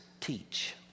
teach